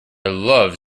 love